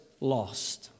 lost